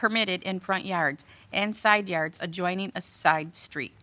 permitted in front yards and side yard adjoining a side street